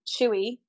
chewy